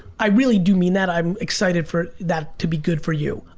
i really do mean that, i'm excited for that to be good for you.